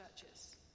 churches